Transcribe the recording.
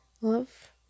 Love